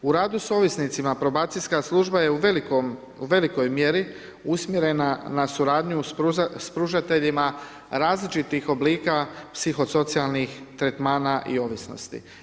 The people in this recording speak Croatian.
U radu s ovisnicima, probacijska služba je u velikoj mjeri usmjerena na suradnju s pružateljima različitih oblika psihosocijalnih tretmana i ovisnosti.